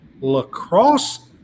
lacrosse